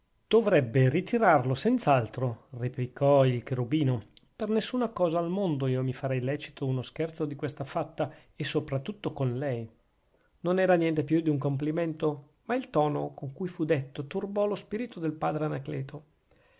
dovrebbe ritirarlo senz'altro replicò il cherubino per nessuna cosa al mondo io mi farei lecito uno scherzo di questa fatta e sopratutto con lei non era niente più d'un complimento ma il tono con cui fu detto turbò lo spirito del padre anacleto